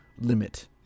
limit